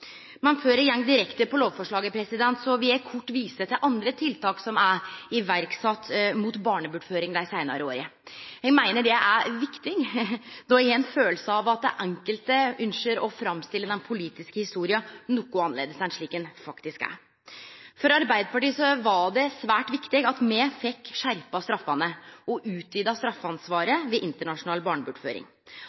direkte til lovforslaget, vil eg kort vise til andre tiltak som er sette i verk mot barnebortføring dei seinare åra. Eg meiner det er viktig, då eg har ein følelse av at enkelte ynskjer å framstille den politiske historia noko annleis enn slik ho faktisk er. For Arbeidarpartiet var det svært viktig at me fekk skjerpa straffene og utvida straffeansvaret ved internasjonal barnebortføring.